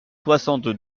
soixante